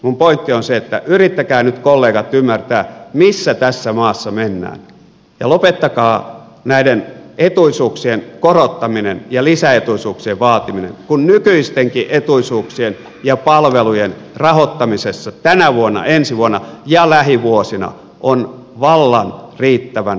minun pointtini on se että yrittäkää nyt kollegat ymmärtää missä tässä maassa mennään ja lopettakaa näiden etuisuuksien korottaminen ja lisäetuisuuksien vaatiminen kun nykyistenkin etuisuuksien ja palvelujen rahoittamisessa tänä vuonna ensi vuonna ja lähivuosina on vallan riittävän vaativa tehtävä